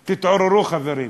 תתעוררו, חברים.